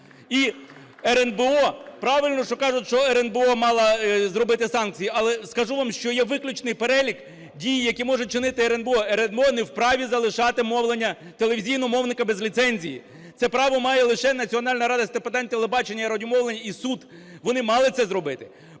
І РНБО, правильно, що кажуть, що РНБО мала зробити санкції. Але скажу вам, що є виключний перелік дій, які може чинити РНБО. РНБО не в праві залишати мовлення, телевізійного мовника без ліцензії. Це право має лише Національна рада з питань телебачення і радіомовлення і суд. Вони мали це зробити.